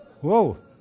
Whoa